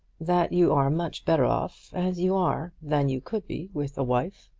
that you are much better off as you are than you could be with a wife.